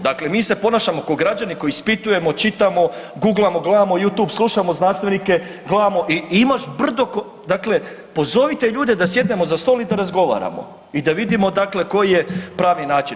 Dakle, mi se ponašamo kao građani koji ispitujemo, čitamo, guglamo, gledamo YouTube, slušamo znanstvenike, gledamo i imaš brdo, dakle pozovite ljude da sjednemo za stol i da razgovaramo i da vidimo dakle koji je pravi način.